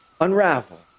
unravel